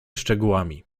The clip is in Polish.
szczegółami